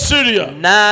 Syria